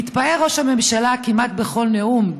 ראש הממשלה מתפאר כמעט בכל נאום,